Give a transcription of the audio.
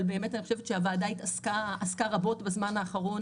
אבל אני חושבת שהוועדה עסקה רבות בזמן האחרון